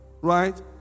right